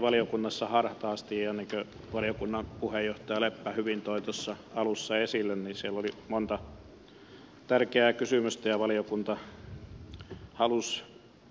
valiokunnassa kuunneltiin hartaasti ja niin kuin valiokunnan puheenjohtaja leppä hyvin toi tuossa alussa esille siellä oli monta tärkeää kysymystä ja valiokunta halusi